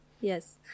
Yes